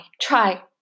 try